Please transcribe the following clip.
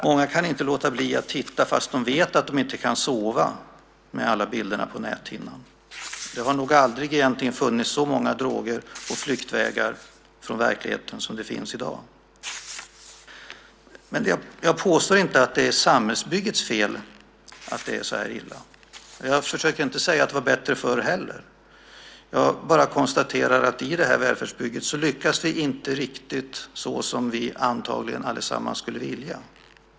Många kan inte låta bli att titta fast de vet att de inte kan sova med alla bilder på näthinnan. Det har nog egentligen aldrig funnits så många droger och flyktvägar från verkligheten som det finns i dag. Jag påstår inte att det är samhällsbyggets fel att det är så här illa. Jag försöker inte heller säga att det var bättre förr. Jag bara konstaterar att i detta välfärdsbygge lyckas vi inte riktigt så som vi antagligen allesammans skulle vilja.